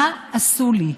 מה עשו לי?